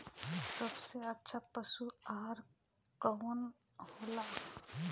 सबसे अच्छा पशु आहार कवन हो ला?